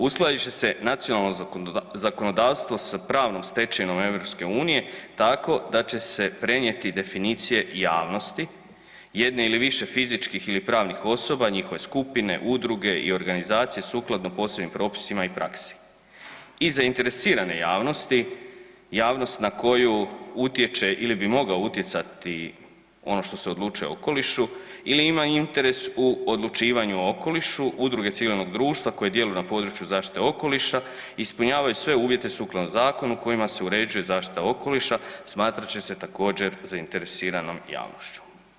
Uskladit će se nacionalno zakonodavstvo s pravnom stečevinom EU tako da će se prenijeti definicije javnosti, jedne ili više fizičkih ili pravnih osoba, njihove skupine, udruge i organizacije sukladno posebnim propisima i praksi, i zainteresirane javnosti, javnost na koju utječe ili bi mogao utjecati ono što se odlučuje o okolišu ili ima interes u odlučivanju o okolišu, udruge civilnog društva koje djeluju na području zaštite okoliša ispunjavaju sve uvjete sukladno zakonu kojima se uređuje zaštita okoliša, smatrat će se, također, zainteresiranom javnošću.